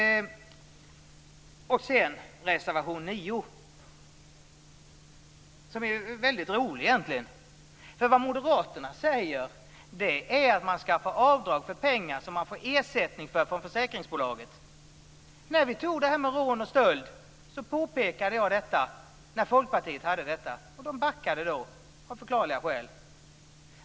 Sedan skall jag säga några ord om reservation 9, som egentligen är väldigt rolig. Vad moderaterna säger är ju att man skall få göra avdrag för pengar som man får i ersättning från försäkringsbolaget. I samband med behandlingen av frågorna om rån och stöld påpekade jag detta. Folkpartiet backade då, av förklarliga skäl.